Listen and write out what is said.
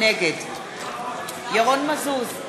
נגד ירון מזוז,